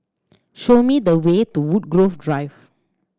show me the way to Woodgrove Drive